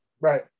right